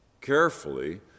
carefully